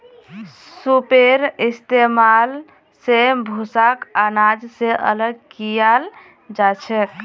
सूपेर इस्तेमाल स भूसाक आनाज स अलग कियाल जाछेक